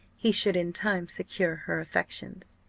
he should in time secure her affections.